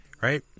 right